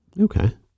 okay